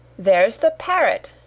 there's the parrot!